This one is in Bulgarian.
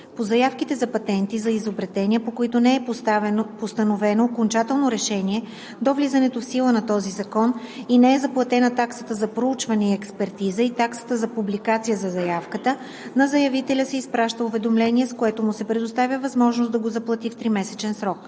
По заявките за патенти за изобретения, по които не е постановено окончателно решение до влизането в сила на този закон, и не е заплатена таксата за проучване и експертиза и таксата за публикация за заявката, на заявителя се изпраща уведомление, с което му се предоставя възможност да ги заплати в тримесечен срок.